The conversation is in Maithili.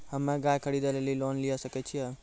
हम्मे गाय खरीदे लेली लोन लिये सकय छियै?